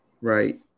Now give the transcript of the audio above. right